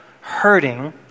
hurting